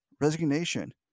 resignation